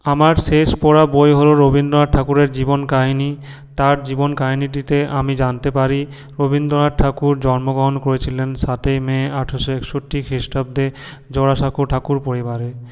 আমার শেষ পড়া বই হল রবীন্দ্রনাথ ঠাকুরের জীবন কাহিনি তাঁর জীবন কাহিনিটিতে আমি জানতে পারি রবীন্দ্রনাথ ঠাকুর জন্মগ্রহণ করেছিলেন সাতই মে আঠারাশো একষট্টি খিস্টাব্দে জোড়াসাঁকোর ঠাকুর পরিবারে